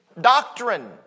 doctrine